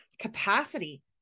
capacity